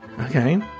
Okay